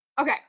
okay